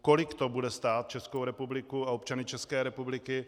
Kolik to bude stát Českou republiku a občany České republiky?